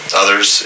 others